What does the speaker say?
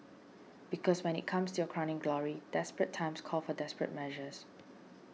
because when it comes to your crowning glory desperate times call for desperate measures